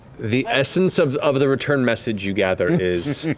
the essence of of the return message you gather is,